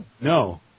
No